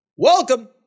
Welcome